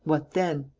what then?